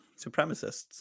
supremacists